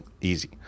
Easy